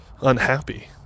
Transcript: unhappy